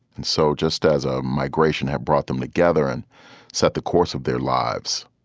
and so just as a migration had brought them together and set the course of their lives,